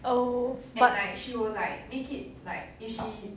oh but